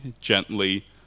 gently